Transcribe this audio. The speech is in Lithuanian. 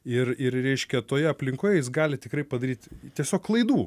ir ir reiškia toje aplinkoje jis gali tikrai padaryt tiesiog klaidų